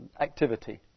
activity